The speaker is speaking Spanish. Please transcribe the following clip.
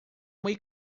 muy